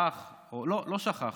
לא שכח,